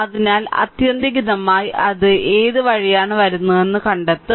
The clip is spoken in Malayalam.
അതിനാൽ ആത്യന്തികമായി അത് ഏത് വഴിയാണ് വരുന്നതെന്ന് കണ്ടെത്തും